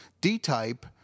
D-type